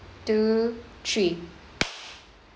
two three